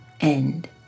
end